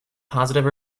positive